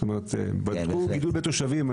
זאת אומרת, בדקו גידול בתושבים.